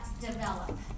develop